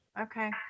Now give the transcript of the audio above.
Okay